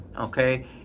okay